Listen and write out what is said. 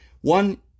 one